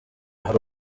hari